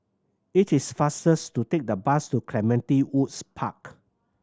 it is fastest to take the bus to Clementi Woods Park